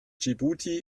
dschibuti